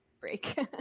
break